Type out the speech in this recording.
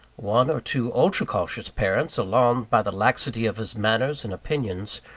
one or two ultra-cautious parents, alarmed by the laxity of his manners and opinions,